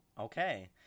okay